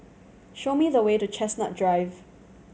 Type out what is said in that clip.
show me the way to Chestnut Drive